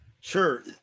Sure